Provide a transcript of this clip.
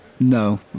No